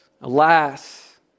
alas